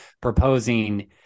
proposing